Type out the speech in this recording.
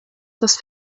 das